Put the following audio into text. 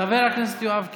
חבר הכנסת יואב קיש,